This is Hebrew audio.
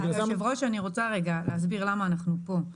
היושב-ראש, אני רוצה להסביר למה אנחנו פה.